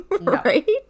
right